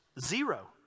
Zero